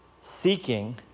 seeking